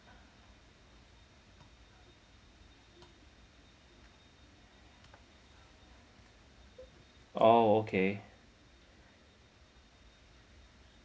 orh okay